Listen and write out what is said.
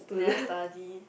never study